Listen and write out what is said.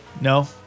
no